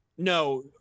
No